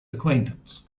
acquaintance